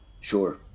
Sure